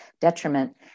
detriment